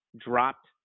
dropped